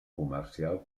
comercial